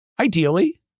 ideally